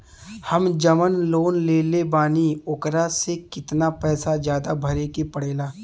हम जवन लोन लेले बानी वोकरा से कितना पैसा ज्यादा भरे के पड़ेला?